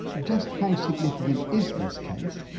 just how significant is this case,